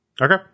Okay